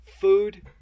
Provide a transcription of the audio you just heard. food